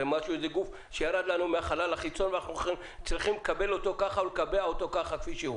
זה גוף שירד מהחלל החיצון ואנחנו צריכים לקבל אותו כפי שהוא.